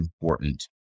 important